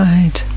Right